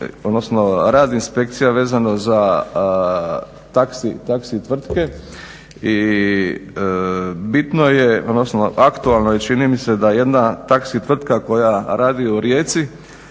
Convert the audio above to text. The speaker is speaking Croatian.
rad inspekcija vezano za taksi tvrtke i bitno je odnosno aktualno je čini mi se da jedna taksi tvrtka koja radi u Rijeci